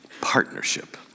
partnership